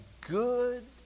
good